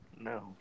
No